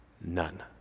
None